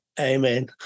Amen